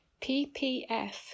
PPF